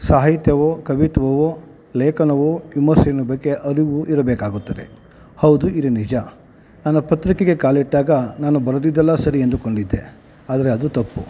ಸಾಹಿತ್ಯವೋ ಕವಿತ್ವವೋ ಲೇಖನವೋ ವಿಮರ್ಶೆಯ ಬಗ್ಗೆ ಅರಿವು ಇರಬೇಕಾಗುತ್ತದೆ ಹೌದು ಇದು ನಿಜ ನನ್ನ ಪತ್ರಿಕೆಗೆ ಕಾಲಿಟ್ಟಾಗ ನಾನು ಬರೆದಿದ್ದೆಲ್ಲ ಸರಿ ಅಂದುಕೊಂಡಿದ್ದೆ ಆದರೆ ಅದು ತಪ್ಪು